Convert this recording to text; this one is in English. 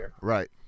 right